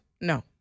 No